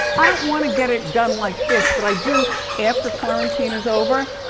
i don't wanna get it done like this, but i do after quarantine is over,